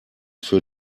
für